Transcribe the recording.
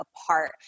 apart